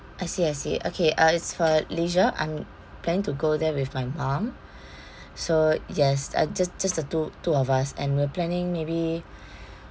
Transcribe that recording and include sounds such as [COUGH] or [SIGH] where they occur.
I see I see okay uh it's for leisure I'm planning to go there with my mom [BREATH] so yes uh just just the two two of us and we're planning maybe [BREATH]